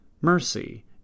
mercy